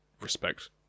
respect